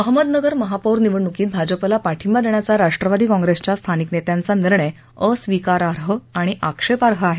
अहमदनगर महापौर निवडणुकीत भाजपाला पाठिंबा देण्याचा राष्ट्रवादी काँप्रेसच्या स्थानिक नेत्यांचा निर्णय अस्वीकाराह आणि आक्षेपार्ह आहे